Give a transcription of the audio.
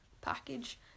package